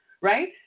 right